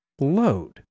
load